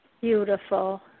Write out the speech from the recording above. Beautiful